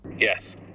Yes